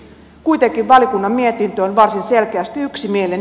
kuitenkin valiokunnan mietintö on varsin selkeästi yksimielinen